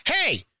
Hey